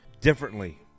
differently